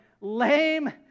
lame